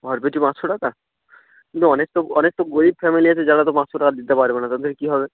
ঘর পিছু পাঁচশো টাকা কিন্তু অনেক তো অনেক তো গরীব ফ্যামিলি আছে যারা তো পাঁচশো টাকা দিতে পারবে না তাদের কি হবে